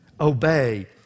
obey